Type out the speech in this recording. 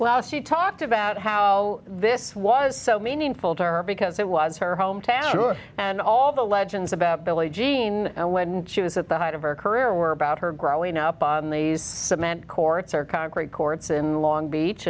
well she talked about how this was so meaningful to her because it was her hometown sure and all the legends about billie jean and when she was at the height of her career were about her growing up on these cement courts or concrete courts in long beach